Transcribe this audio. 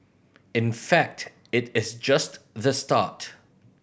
in fact it is just the start